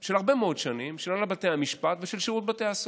של הרבה מאוד שנים של הנהלת בתי המשפט ושל שירות בתי הסוהר,